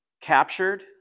captured